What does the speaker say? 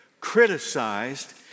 criticized